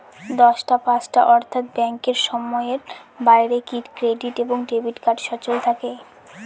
দশটা পাঁচটা অর্থ্যাত ব্যাংকের সময়ের বাইরে কি ক্রেডিট এবং ডেবিট কার্ড সচল থাকে?